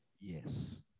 Yes